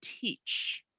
teach